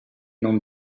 non